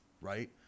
Right